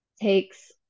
takes